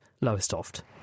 Lowestoft